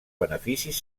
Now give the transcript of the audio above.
beneficis